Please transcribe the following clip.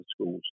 schools